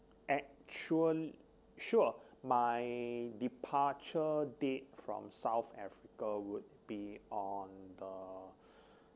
actually sure my departure date from south africa would be on the